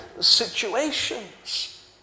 situations